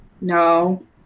No